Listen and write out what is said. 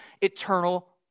eternal